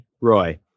roy